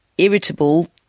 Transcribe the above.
irritable